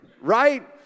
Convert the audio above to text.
right